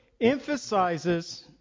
emphasizes